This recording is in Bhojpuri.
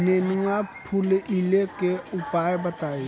नेनुआ फुलईले के उपाय बताईं?